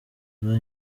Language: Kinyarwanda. kuvura